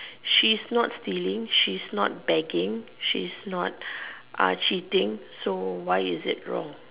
she's not stealing she's not begging she's not uh cheating so why is it wrong